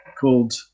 called